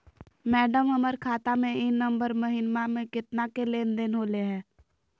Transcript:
madam, हमर खाता में ई नवंबर महीनमा में केतना के लेन देन होले है